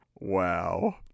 wow